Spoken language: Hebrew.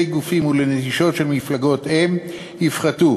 גופים ולנטישות של מפלגות-אם יפחתו,